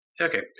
Okay